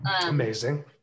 Amazing